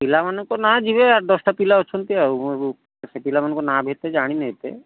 ପିଲାମାନଙ୍କ ନାଁ ଯିବେ ଦଶଟା ପିଲା ଅଛନ୍ତି ଆଉ ମୁଁ ସେଇ ପିଲାମାନଙ୍କ ନାଁ ବି ହେତେ ନାଁ ଜାଣିନି ହେତେ